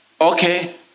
okay